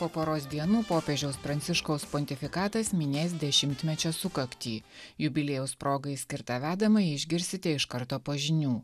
po poros dienų popiežiaus pranciškaus pontifikatas minės dešimtmečio sukaktį jubiliejaus progai skirtą vedamąjį išgirsite iš karto po žinių